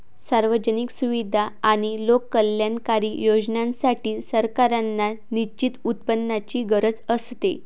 सार्वजनिक सुविधा आणि लोककल्याणकारी योजनांसाठी, सरकारांना निश्चित उत्पन्नाची गरज असते